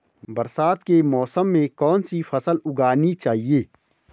बरसात के मौसम में कौन सी फसल उगानी चाहिए?